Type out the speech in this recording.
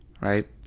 right